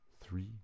three